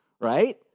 right